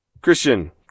Christian